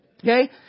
Okay